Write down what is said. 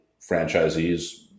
franchisees